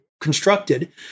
constructed